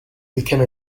became